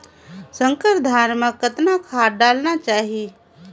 संकर धान मे कतना खाद डालना चाही?